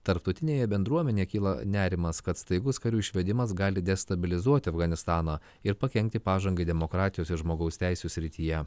tarptautinėje bendruomenėje kyla nerimas kad staigus karių išvedimas gali destabilizuoti afganistaną ir pakenkti pažangai demokratijos ir žmogaus teisių srityje